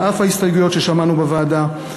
על אף ההסתייגויות ששמענו בוועדה.